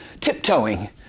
tiptoeing